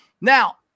Now